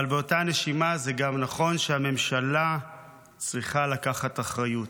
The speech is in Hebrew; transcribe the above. אבל באותה נשימה זה גם נכון שהממשלה צריכה לקחת אחריות.